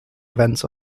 events